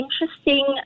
interesting